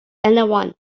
anyone